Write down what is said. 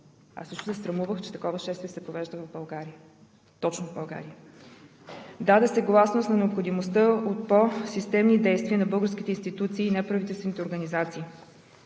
Аз лично се срамувах, че такова шествие се провежда в България, точно в България. Даде се гласност на необходимостта от по-системни действия на българските институции и неправителствените организации.